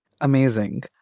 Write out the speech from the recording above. Amazing